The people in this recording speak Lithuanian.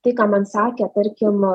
tai ką man sakė tarkim